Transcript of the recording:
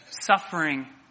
suffering